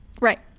Right